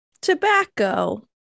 tobacco